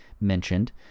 mentioned